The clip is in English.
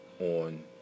on